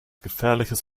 gefährliches